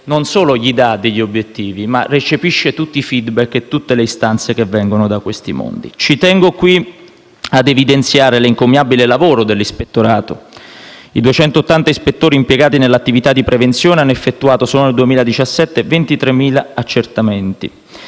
non solo dia loro degli obiettivi, ma recepisca tutti i *feedback* e tutte le istanze che vengono da questi mondi. Ci tengo qui a evidenziare l'encomiabile lavoro dall'Ispettorato. I 280 ispettori impiegati nell'attività di prevenzione hanno effettuato solo nel 2017 23.000 accertamenti.